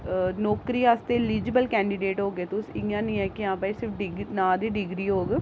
नौकरी आस्तै eligible candidate होगे तुस इ'यां नेईं ऐ कि हां भाई सिर्फ डिग्री नांऽ दी डिग्री होग